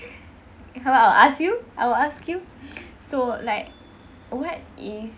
how I'll ask you I'll ask you so like what is